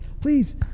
Please